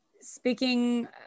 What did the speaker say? speaking